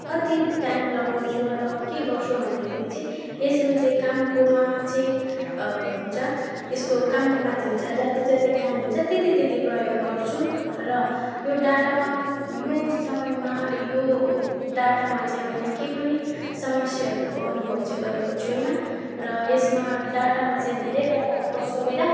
कति टाइम लगाउँछु अथवा के गर्छु भन्दाखेरि चाहिँ यसमा चाहिँ कामकोमा चाहिँ हुन्छ यसको कामको माथि हुन्छ जतिजति काम हुन्छ त्यति त्यति प्रयोग गर्छु र यो डाटामा यो समयमा यो डाटामा चाहिँ मैले के पनि समस्याहरूको अनुभव चाहिँ गरेको छुइनँ र यसमा डाटामा चाहिँ धेरै प्रकारको सुविधा